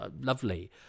lovely